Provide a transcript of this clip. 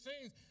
scenes